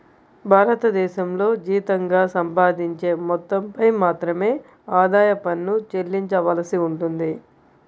భారతదేశంలో జీతంగా సంపాదించే మొత్తంపై మాత్రమే ఆదాయ పన్ను చెల్లించవలసి ఉంటుంది